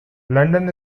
london